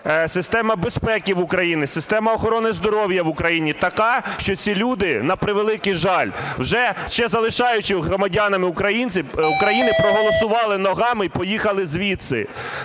система безпеки в Україні, система охорони здоров'я в Україні така, що ці люди, на превеликий жаль, ще залишаючись громадянами України, проголосували ногами і поїхали звідси.